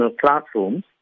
classrooms